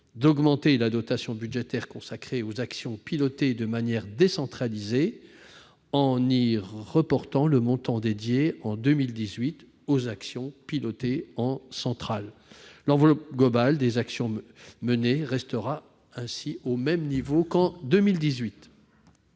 à augmenter la dotation budgétaire consacrée aux actions pilotées de manière décentralisée, en y reportant le montant dédié, en 2018, aux actions pilotées en central. Ainsi, l'enveloppe globale des actions menées restera inchangée par rapport